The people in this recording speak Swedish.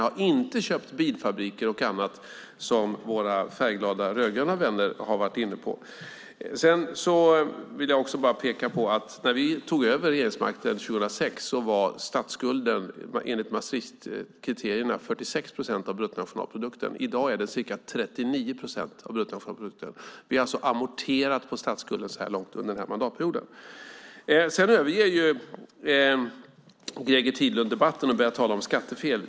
Vi har inte köpt bilfabriker och annat, som våra färgglada rödgröna vänner har varit inne på. Sedan vill jag också bara peka på att statsskulden enligt Maastrichtkriterierna var 46 procent av bruttonationalprodukten när vi tog över regeringsmakten 2006. I dag är den ca 39 procent av bruttonationalprodukten. Vi har alltså amorterat på statsskulden under denna mandatperiod. Greger Tidlund överger sedan debatten och börjar tala om skattefel.